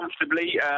comfortably